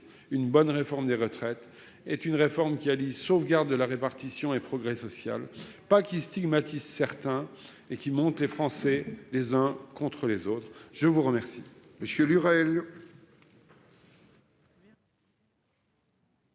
Une bonne réforme des retraites est une réforme qui allie sauvegarde de la répartition et progrès social ; ce n'est pas une réforme qui stigmatise certains et qui monte les Français les uns contre les autres. Les amendements